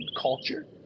culture